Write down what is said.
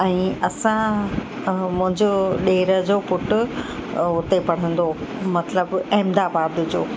ऐं असां मुंहिंजो ॾेर जो पुट हुते पढ़ंदो मतिलबु अहमदाबाद जो